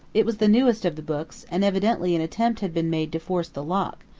it was the newest of the books, and evidently an attempt had been made to force the lock,